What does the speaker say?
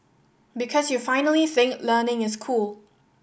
because you finally think learning is cool